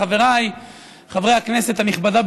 חבריי חברי הכנסת הנכבדה,